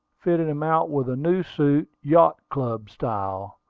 fitted him out with a new suit yacht-club style,